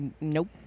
nope